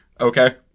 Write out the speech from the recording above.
Okay